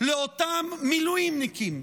לאותם מילואימניקים,